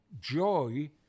joy